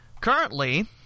Currently